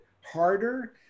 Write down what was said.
harder